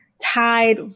tied